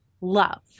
love